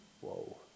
Whoa